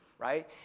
right